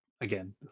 again